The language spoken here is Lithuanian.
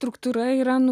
struktūra yra